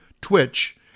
Twitch